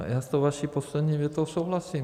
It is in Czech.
Já s tou vaší poslední větou souhlasím.